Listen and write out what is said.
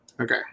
Okay